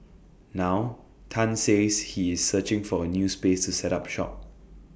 now Tan says he is searching for A new space to set up shop